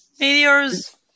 Meteors